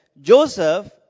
Joseph